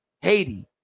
Haiti